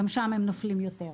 גם שם הם נופלים יותר.